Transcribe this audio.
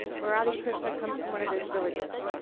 murali krishna comes from one of those villages.